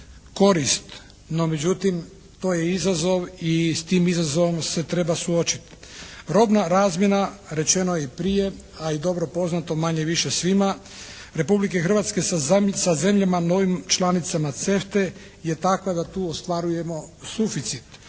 korist, no međutim to je izazov i s tim izazovom se treba suočiti. Robna razmjena rečeno je i prije, a i dobro poznato manje-više svima Republike Hrvatske sa zemljama novim članicama CEFTA-e je takva da tu ostvarujemo suficit.